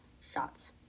shots